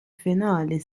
finali